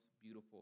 beautiful